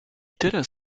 teraz